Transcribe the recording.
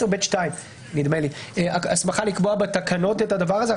10(ב)(2) נדמה לי הסמכה לקבוע בתקנות את הדבר הזה.